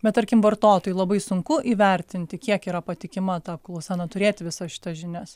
bet tarkim vartotojui labai sunku įvertinti kiek yra patikima ta apklausa na turėti visas šitas žinias